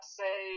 say